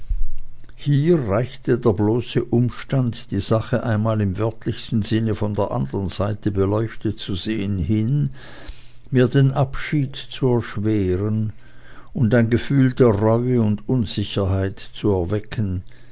hier reichte der bloße umstand die sache einmal im wörtlichsten sinne von der anderen seite beleuchtet zu sehen hin mir den abschied zu erschweren und ein gefühl der reue und unsicherheit zu erwecken